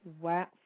Wow